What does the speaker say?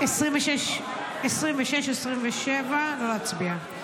26 ו-27, לא להצביע.